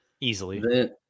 Easily